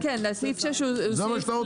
זה מה שאתה רוצה?